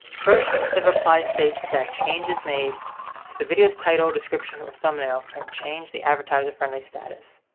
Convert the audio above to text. first the reply states that changes made to the video's title, description, or thumbnail can change the advertiser-friendly status.